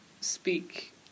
speak